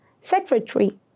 Secretary